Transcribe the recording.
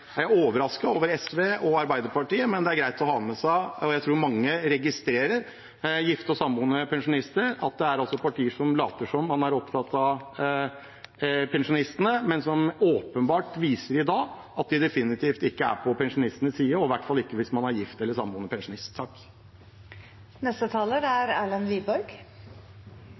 er greit å ha med seg, og jeg tror mange gifte og samboende registrerer at det er partier som later som man er opptatt av pensjonistene, men som åpenbart i dag viser at de definitivt ikke er på pensjonistenes side, i hvert fall ikke hvis man er gift eller samboende pensjonist. I likhet med foregående taler er